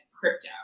crypto